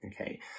Okay